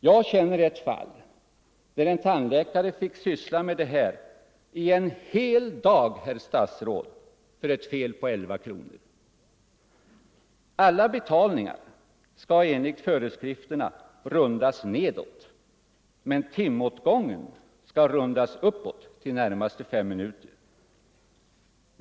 Jag känner ett fall där en tandläkare fick syssla med det här under en hel dag, herr statsråd, för ett fel på 11 kronor. Alla betalningar skall enligt föreskrifterna rundas nedåt men timåtgången skall rundas uppåt till närmaste fem minuter.